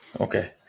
okay